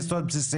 בזאת אנחנו הופכים